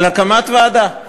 על הקמת ועדה.